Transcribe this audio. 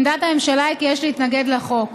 עמדת הממשלה היא עי יש להתנגד לחוק.